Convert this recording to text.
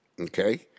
Okay